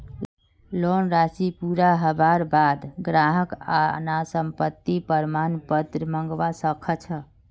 loan राशि पूरा हबार बा द ग्राहक अनापत्ति प्रमाण पत्र मंगवा स ख छ